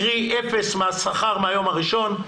קרי אפס מהשכר מהיום הראשון,